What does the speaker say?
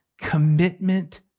commitment